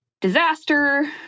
disaster